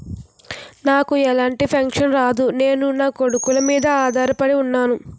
నాకు ఎలాంటి పెన్షన్ రాదు నేను నాకొడుకుల మీద ఆధార్ పడి ఉన్నాను